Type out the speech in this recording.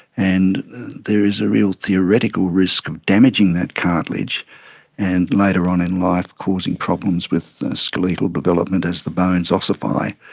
and there is a real theoretical risk of damaging that cartilage and later on in life causing problems with skeletal development as the bones ossify,